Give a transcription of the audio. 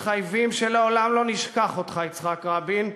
מתחייבים שלעולם לא נשכח אותך, יצחק רבין,